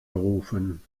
gerufen